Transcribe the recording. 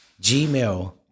Gmail